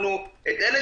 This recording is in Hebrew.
אלה